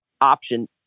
option